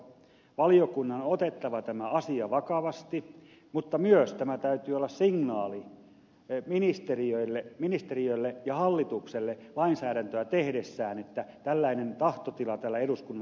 valiokunnan on otettava tämä asia vakavasti mutta myös tämän täytyy olla signaali ministeriölle ja hallitukselle lainsäädäntöä tehdessään että tällainen tahtotila täällä eduskunnan isossa salissa on